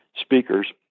speakers